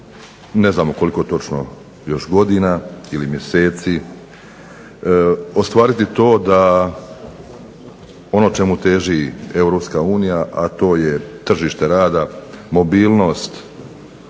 ne znamo koliko točno još godina ili mjeseci, ostvariti to da ono čemu teži EU, a to je tržište rada, mobilnost,